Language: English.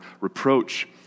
Reproach